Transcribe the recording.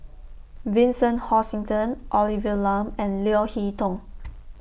Vincent Hoisington Olivia Lum and Leo Hee Tong